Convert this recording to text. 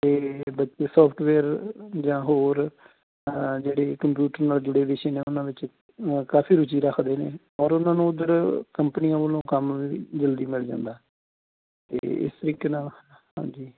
ਅਤੇ ਬੱਚੇ ਸਫਟਵੇਅਰ ਜਾਂ ਹੋਰ ਜਿਹੜੇ ਕੰਪਿਊਟਰ ਨਾਲ ਜੁੜੇ ਵਿਸ਼ੇ ਨੇ ਉਹਨਾਂ ਵਿੱਚ ਕਾਫੀ ਰੁਚੀ ਰੱਖਦੇ ਨੇ ਔਰ ਉਹਨਾਂ ਨੂੰ ਉੱਧਰ ਕੰਪਨੀਆਂ ਵੱਲੋਂ ਕੰਮ ਜਲਦੀ ਮਿਲ ਜਾਂਦਾ ਅਤੇ ਇਸ ਤਰੀਕੇ ਨਾਲ ਹਾਂਜੀ